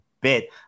bit